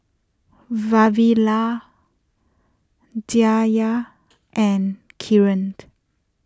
Vavilala Dhyan and Kiran